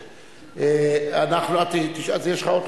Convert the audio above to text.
ואכן, בהצעת החוק